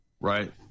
right